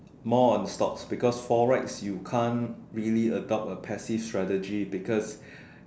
more on stocks because Forex you can't really adopt a passive strategy because